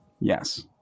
yes